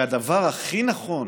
והדבר הכי נכון